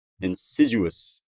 insidious